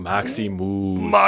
Maximus